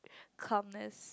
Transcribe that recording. calmness